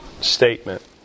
statement